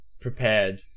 prepared